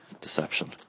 deception